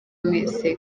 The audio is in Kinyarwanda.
wese